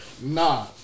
Nah